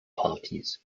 parties